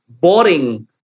boring